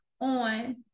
on